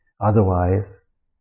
Otherwise